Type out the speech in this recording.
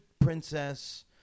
princess